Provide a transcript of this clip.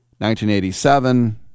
1987